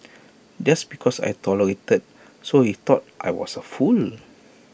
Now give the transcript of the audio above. just because I tolerated thought he I was A fool